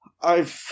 I've-